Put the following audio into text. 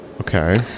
okay